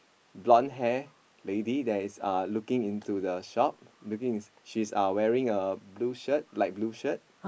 blond hair lady that is uh looking into the shop looking in she's uh wearing a blue shirt light blue shirt